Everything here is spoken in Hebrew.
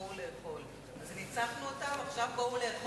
כאשר בעצם, ובואו נהיה גלויים,